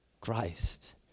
Christ